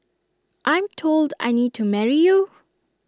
I'm told I need to marry you